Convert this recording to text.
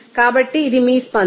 కాబట్టి ఇది మీ స్పందన